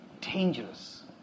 Dangerous